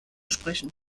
sprechen